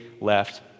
left